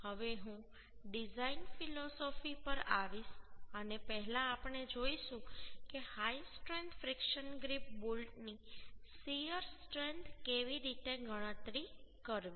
હવે હું design philosophy પર આવીશ અને પહેલા આપણે જોઈશું કે હાઈ સ્ટ્રેન્થ ફ્રિકશન ગ્રિપ બોલ્ટની શીયર સ્ટ્રેન્થ કેવી રીતે ગણતરી કરવી